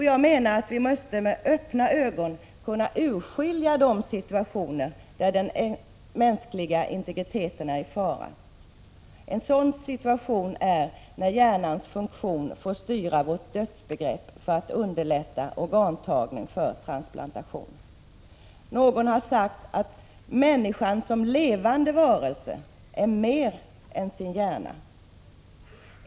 Jag menar att vi med öppna ögon måste kunna urskilja de situationer där den mänskliga integriteten är i fara. En sådan situation är när hjärnans funktion får styra vårt dödsbegrepp för att underlätta organtagning för transplantation. Någon har sagt att människan söm levande varelse är mer än sin hjärna.